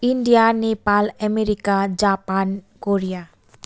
India Nepal America Japan Korea